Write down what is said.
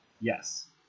Yes